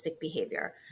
behavior